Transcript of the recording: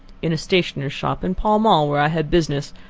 in a stationer's shop in pall mall, where i had business.